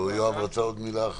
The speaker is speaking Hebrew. יואב רצה לשאול עוד שאלה.